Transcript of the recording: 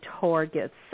targets